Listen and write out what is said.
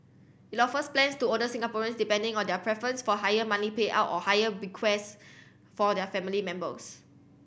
it offers plans to older Singaporeans depending on their preference for higher money payout or higher bequest for their family members